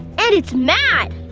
and it's mad!